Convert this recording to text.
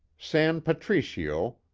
san patricio,